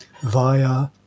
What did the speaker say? via